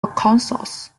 arkansas